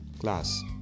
class